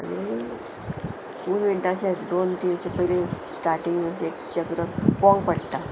आनी फूल मिण्टां अशें दोन तीन अशें पयलीं स्टाटींग अशें चक्र पळोवक पडटा